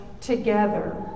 together